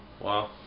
Wow